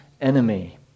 enemy